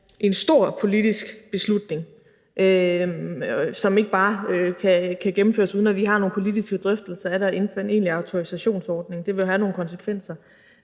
en stor politisk beslutning, som ikke bare kan gennemføres, uden at vi har nogle politiske drøftelser af det. En egentlig autorisationsordning ville have nogle konsekvenser